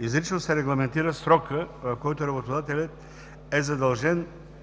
Изрично се регламентира срокът, в който работодателят е задължен